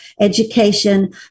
education